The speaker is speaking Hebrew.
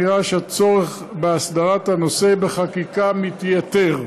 נראה שהצורך בהסדרת הנושא בחקיקה מתייתר.